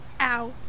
Ow